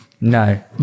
No